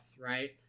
Right